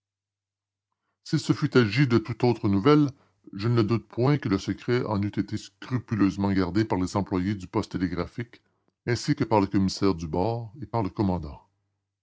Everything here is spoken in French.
il se fût agi de toute autre nouvelle je ne doute point que le secret en eût été scrupuleusement gardé par les employés du poste télégraphique ainsi que par le commissaire du bord et par le commandant